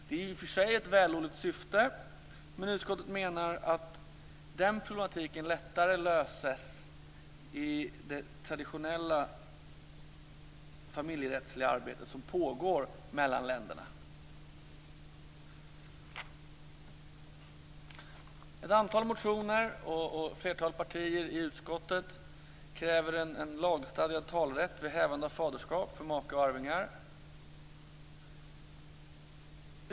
I och för sig är syftet vällovligt, men utskottet menar att denna problematik lättare löses i det traditionella familjerättsliga arbete som pågår mellan länderna. Ett antal motioner och ett flertal partier i utskottet kräver en lagstadgad talerätt vid hävande av faderskap för makar och arvingar.